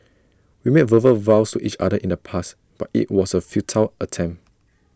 we made verbal vows to each other in the past but IT was A futile attempt